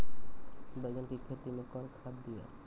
बैंगन की खेती मैं कौन खाद दिए?